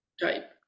type